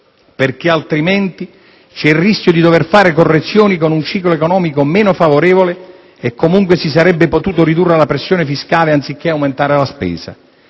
perché altrimenti c'è il rischio di dover fare correzioni con un ciclo economico meno favorevole e comunque si sarebbe potuto ridurre la pressione fiscale anziché aumentare la spesa".